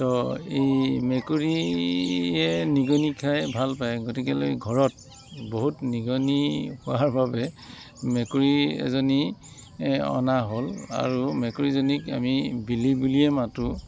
ত' এই মেকুৰীয়ে নিগনি খাই ভাল পায় গতিকেলৈ ঘৰত বহুত নিগনি হোৱাৰ বাবে মেকুৰী এজনী অনা হ'ল আৰু মেকুৰীজনীক আমি বিলি বুলিয়েই মাতো